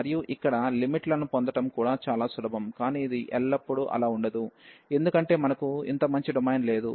మరియు ఇక్కడ లిమిట్ లను పొందడం కూడా చాలా సులభం కానీ ఇది ఎల్లప్పుడూ అలా ఉండదు ఎందుకంటే మనకు ఇంత మంచి డొమైన్ లేదు